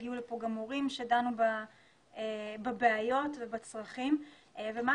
הגיעו לפה גם הורים שדנו בבעיות ובצרכים ומה